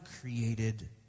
created